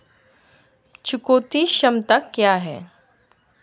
चुकौती क्षमता क्या है?